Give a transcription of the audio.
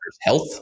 health